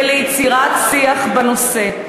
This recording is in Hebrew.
וליצירת שיח בנושא.